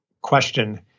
question